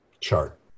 chart